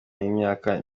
y’imyaka